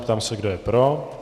Ptám se, kdo je pro.